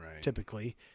typically